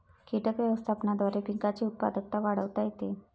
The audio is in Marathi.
कीटक व्यवस्थापनाद्वारे पिकांची उत्पादकता वाढवता येते